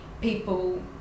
people